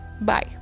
Bye